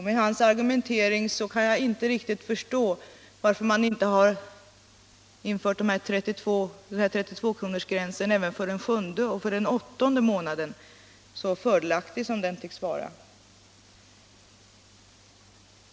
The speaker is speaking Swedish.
Med hans argumentering kan jag inte förstå varför man inte har infört denna 32-kronorsgräns även för den sjunde och den åttonde månaden, så fördelaktig som den tycks vara.